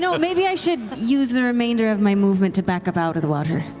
so ah maybe i should use the remainder of my movement to back up out of the water.